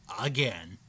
again